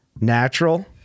natural